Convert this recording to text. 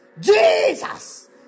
Jesus